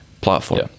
platform